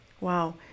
Wow